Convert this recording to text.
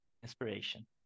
inspiration